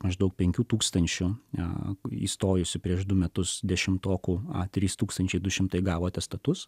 maždaug penkių tūkstančių ne įstojusių prieš du metus dešimtokų a trys tūkstančiai du šimtai gavo atestatus